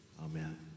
amen